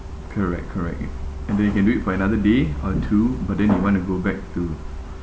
correct correct and then you can do it for another day or two but then you want to go back to